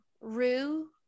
Rue